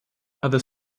other